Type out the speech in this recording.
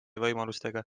võimalustega